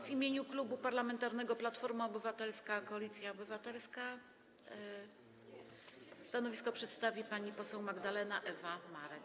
W imieniu Klubu Parlamentarnego Platforma Obywatelska - Koalicja Obywatelska stanowisko przedstawi pani poseł Magdalena Ewa Marek.